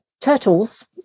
Turtles